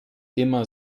immer